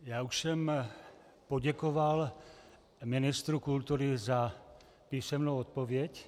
Já už jsem poděkoval ministru kultury za písemnou odpověď.